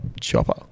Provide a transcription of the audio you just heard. Chopper